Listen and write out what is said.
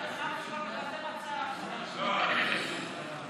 לסעיף 1 לא נתקבלה.